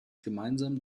gemeinsam